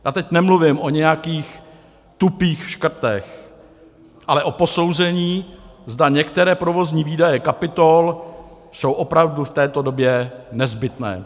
Já teď nemluvím o nějakých tupých škrtech, ale o posouzení, zda některé provozní výdaje kapitol jsou opravdu v této době nezbytné.